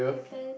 Japan